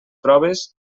proves